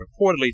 reportedly